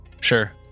Sure